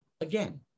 again